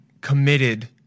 committed